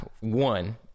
one